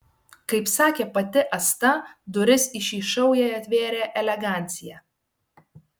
kaip sakė pati asta duris į šį šou jai atvėrė elegancija